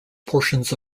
portions